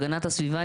הגנת הסביבה,